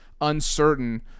uncertain